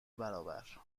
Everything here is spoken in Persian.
برابر